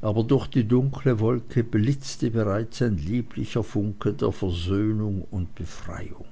aber durch die dunkle wolke blitzte bereits ein lieblicher funke der versöhnung und befreiung